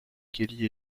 kelly